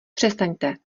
přestaňte